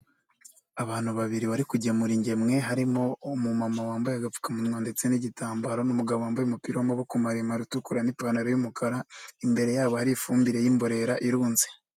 Abantu babiri bari kujyemura ingemwe; harimo umumama wambaye agapfukamunwa ndetse n'igitambaro, n'umugabo wambaye umupira wamaboko maremare utukura n'ipantaro y'umukara. Imbere yabo hari ifumbire y'imborera irunze.